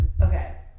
okay